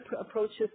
approaches